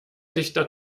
dichter